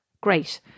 Great